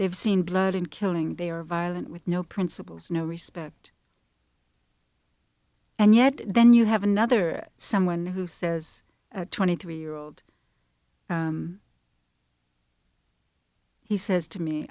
they've seen blood and killing they are violent with no principles no respect and yet then you have another someone who says twenty three year old he says to me